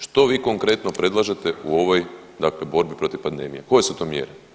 Što vi konkretno predlažete u ovoj dakle borbi protiv pandemije, koje su to mjere?